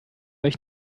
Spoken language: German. euch